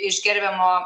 iš gerbiamo